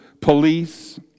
police